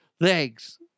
Thanks